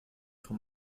von